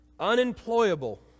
unemployable